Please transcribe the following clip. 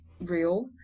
real